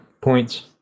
points